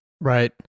Right